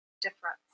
difference